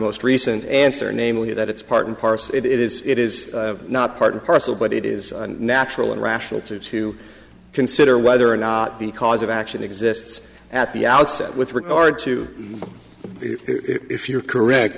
most recent answer namely that it's part and parcel it is it is not part and parcel but it is natural and rational to to consider whether or not the cause of action exists at the outset with regard to if you are correct